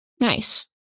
Nice